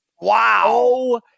Wow